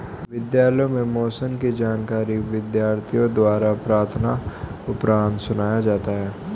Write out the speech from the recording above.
विद्यालयों में मौसम की जानकारी विद्यार्थियों द्वारा प्रार्थना उपरांत सुनाया जाता है